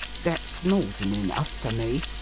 that's more than enough for me